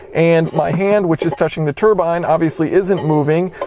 and my hand, which is touching the turbine, obviously isn't moving.